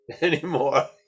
anymore